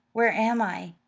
where am i?